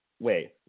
Wait